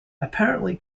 apparently